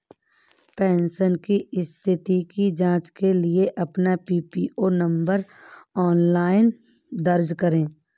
pension की स्थिति की जांच के लिए अपना पीपीओ नंबर ऑनलाइन दर्ज करें